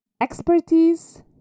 expertise